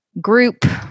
group